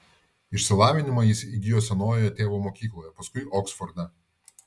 išsilavinimą jis įgijo senojoje tėvo mokykloje paskui oksforde